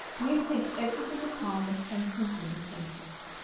you think everything is harmless and simple, and so forth.